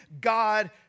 God